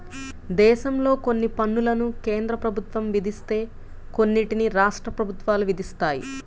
దేశంలో కొన్ని పన్నులను కేంద్ర ప్రభుత్వం విధిస్తే కొన్నిటిని రాష్ట్ర ప్రభుత్వాలు విధిస్తాయి